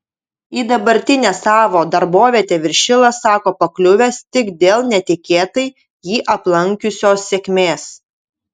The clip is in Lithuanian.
į dabartinę savo darbovietę viršilas sako pakliuvęs tik dėl netikėtai jį aplankiusios sėkmės